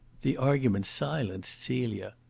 the argument silenced celia.